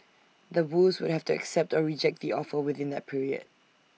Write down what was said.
The Woos would have to accept or reject the offer within that period